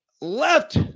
left